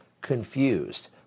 confused